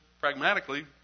Pragmatically